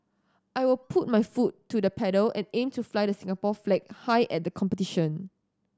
I will put my foot to the pedal and aim to fly the Singapore flag high at the competition